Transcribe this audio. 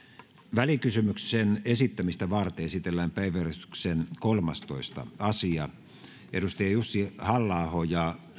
välikysymyksen esittämistä varten esitellään päiväjärjestyksen kolmastoista asia jussi halla aho ja